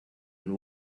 and